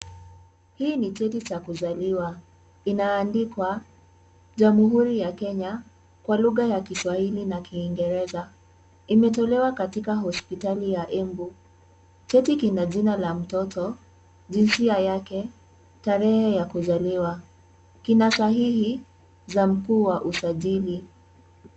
Hii ni cheti cha kuzaliwa inaandikwa Jamhuri ya Kenya kwa lugha ya Kiswahili na Kiingereza. Imetolewa katika hospitali ya Embu. Cheti kina jina la mtoto, jinsia yake, tarehe ya kuzaliwa. Kina sahihi za mkuu wa usajili.